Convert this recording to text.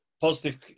positive